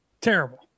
Terrible